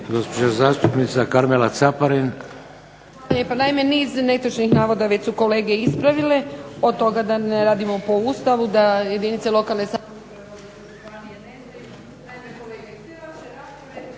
uvažena zastupnica Karmela Caparin.